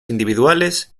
individuales